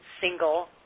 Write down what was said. single